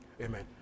Amen